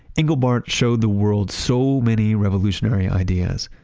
engelbart showed the world so many revolutionary ideas,